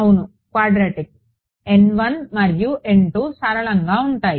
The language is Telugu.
అవును క్వాడ్రాటిక్ మరియు సరళంగా ఉంటాయి